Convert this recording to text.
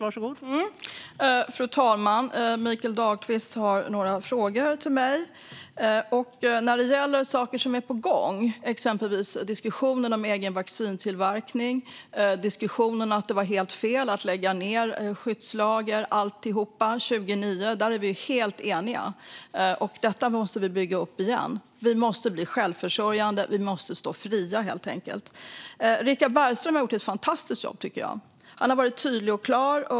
Fru talman! Mikael Dahlqvist har ställt några frågor till mig. När det gäller sådant som är på gång, exempelvis diskussionen om egen vaccintillverkning och diskussionen om att det var fel att lägga ned skyddslager 2009, är vi helt eniga. Detta måste vi bygga upp igen. Vi måste bli självförsörjande, och vi måste stå fria. Richard Bergström har gjort ett fantastiskt jobb. Han har varit tydlig och klar.